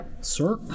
Sir